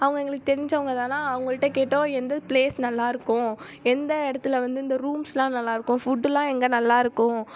அவங்க எங்களுக்கு தெரிஞ்சவங்க தான் அவங்ககிட்ட கேட்டோம் எந்த ப்ளேஸ் நல்லாயிருக்கும் எந்த இடத்துல வந்து இந்த ரூம்ஸ்லாம் நல்லாயிருக்கும் ஃபுட்டுலாம் எங்கே நல்லாயிருக்கும்